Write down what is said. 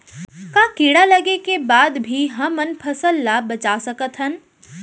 का कीड़ा लगे के बाद भी हमन फसल ल बचा सकथन?